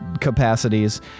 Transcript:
capacities